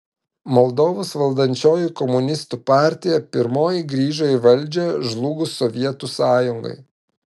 moldovos valdančioji komunistų partija pirmoji grįžo į valdžią žlugus sovietų sąjungai